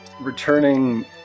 returning